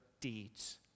deeds